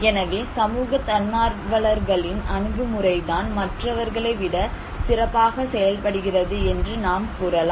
எனவே சமூக தன்னார்வலர்களின் அணுகுமுறைதான் மற்றவர்களை விட சிறப்பாக செயல்படுகிறது என்று நாம் கூறலாம்